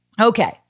Okay